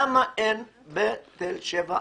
למה אין את אתו הדבר בתל שבע?